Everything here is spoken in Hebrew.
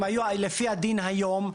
לפי הדין היום,